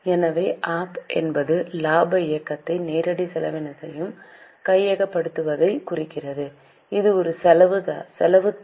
எனவேஆப் என்பது இலாப இயக்கத்தையும் நேரடி செலவினத்தையும் கையகப்படுத்துவதைக் குறிக்கிறது இது ஒரு செலவுத் தலை